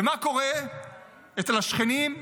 ומה קורה אצל השכנים?